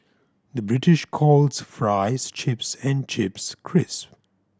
the British calls fries chips and chips crisps